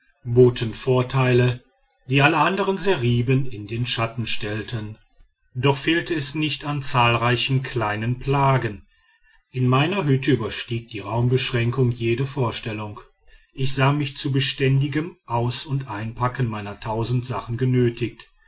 boten vorteile die alle andern seriben in den schatten stellten doch fehlte es nicht an zahlreichen kleinen plagen in meiner hütte überstieg die raumbeschränkung jede vorstellung ich sah mich zu beständigem aus und einpacken meiner tausend sachen genötigt